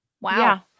Wow